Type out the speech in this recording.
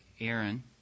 Aaron